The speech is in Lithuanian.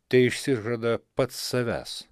teišsižada pats savęs